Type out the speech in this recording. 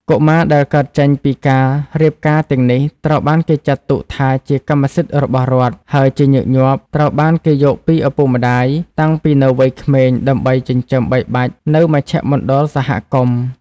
កុមារដែលកើតចេញពីការរៀបការទាំងនេះត្រូវបានគេចាត់ទុកថាជាកម្មសិទ្ធិរបស់រដ្ឋ ហើយជាញឹកញាប់ត្រូវបានគេយកពីឪពុកម្តាយ តាំងពីនៅវ័យក្មេងដើម្បីចិញ្ចឹមបីបាច់នៅមជ្ឈមណ្ឌលសហគមន៍។